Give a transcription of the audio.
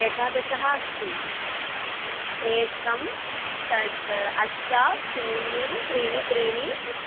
एकादश अस्ति एकं षट् अष्ट शून्यं त्रीणि त्रीणि